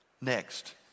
next